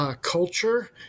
Culture